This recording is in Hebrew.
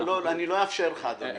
לא אאפשר לך, אדוני.